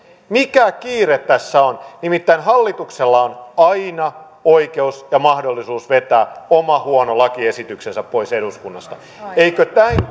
mikä kiire tässä on nimittäin hallituksella on on aina oikeus ja mahdollisuus vetää oma huono lakiesityksensä pois eduskunnasta eikö näin